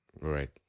Right